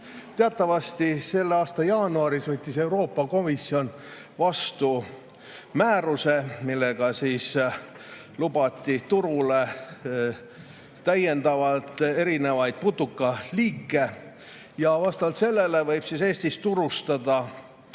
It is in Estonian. Teatavasti selle aasta jaanuaris võttis Euroopa Komisjon vastu määruse, millega lubati turule täiendavalt erinevaid putukaliike. Vastavalt sellele võib Eestis turustada